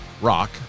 rock